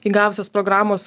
įgavusios programos